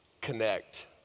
connect